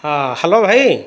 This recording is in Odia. ହଁ ହ୍ୟାଲୋ ଭାଇ